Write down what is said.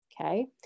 Okay